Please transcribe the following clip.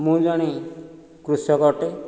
ମୁଁ ଜଣେ କୃଷକ ଅଟେ